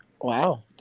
wow